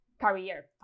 career